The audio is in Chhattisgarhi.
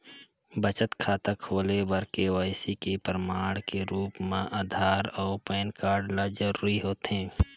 बचत खाता खोले बर के.वाइ.सी के प्रमाण के रूप म आधार अऊ पैन कार्ड ल जरूरी होथे